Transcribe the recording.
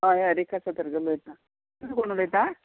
हय हय रेका सतरकर उलयता तुमी कोण उलयता